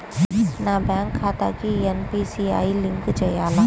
నా బ్యాంక్ ఖాతాకి NPCI link చేయాలా?